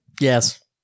Yes